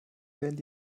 werden